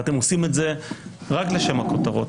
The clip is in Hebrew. אתם עושים זאת רק לשם הכותרות.